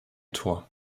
tor